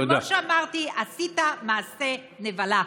כמו שאמרתי, עשית מעשה נבלה.